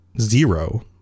zero